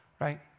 Right